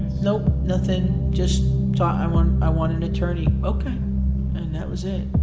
no nothing, just i want i want an attorney. and that was it.